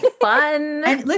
fun